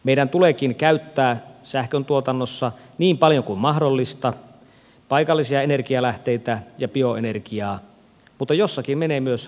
meidän tuleekin käyttää sähköntuotannossa niin paljon kuin mahdollista paikallisia energialähteitä ja bioenergiaa mutta jossakin menevät myös rajat